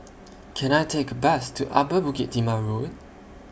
Can I Take A Bus to Upper Bukit Timah Road